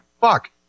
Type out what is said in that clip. fuck